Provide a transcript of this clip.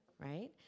right